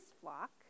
flock